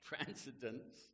transcendence